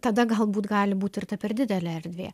tada galbūt gali būti ir ta per didelė erdvė